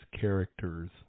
characters